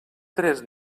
tres